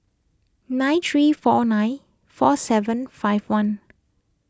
nine three four nine four seven five one